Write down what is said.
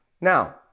Now